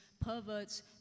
perverts